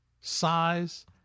size